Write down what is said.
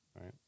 Right